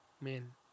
man